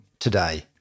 today